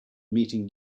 meeting